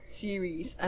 series